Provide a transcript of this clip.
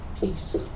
Peace